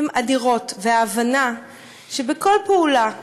שהן אדירות, וההבנה שבכל פעולה,